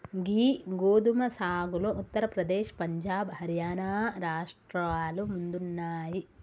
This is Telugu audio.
గీ గోదుమ సాగులో ఉత్తర ప్రదేశ్, పంజాబ్, హర్యానా రాష్ట్రాలు ముందున్నాయి